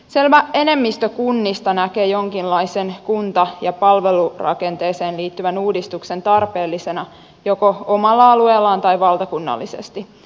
selvä enemmistö kunnista näkee jonkinlaisen kunta ja palvelurakenteeseen liittyvän uudistuksen tarpeellisena joko omalla alueellaan tai valtakunnallisesti